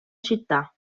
città